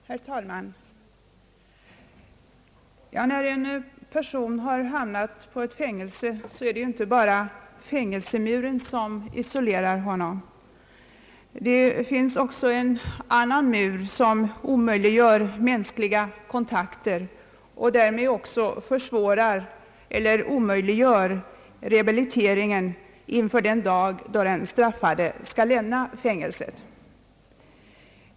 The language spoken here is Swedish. Herr talman! När en person har hamnat i fängelse är det inte bara fängelsemuren som isolerar honom. Det finns också en annan mur som omöjliggör mänskliga kontakter och därmed även försvårar eller omöjliggör rehabiliteringen då den straffade skall lämna fängelset.